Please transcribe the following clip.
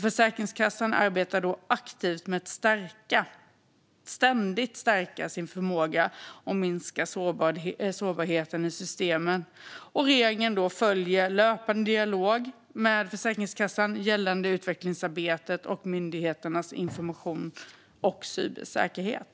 Försäkringskassan arbetar också aktivt med att ständigt stärka sin förmåga att minska sårbarheten i systemen. Regeringen för en löpande dialog med Försäkringskassan gällande utvecklingsarbetet, myndighetens information och cybersäkerhet.